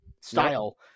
style